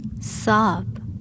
Sob